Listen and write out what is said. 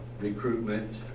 recruitment